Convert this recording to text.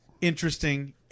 interesting